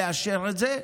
לאשר את זה.